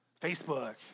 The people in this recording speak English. Facebook